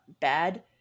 bad